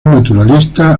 naturalista